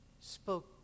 spoke